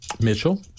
Mitchell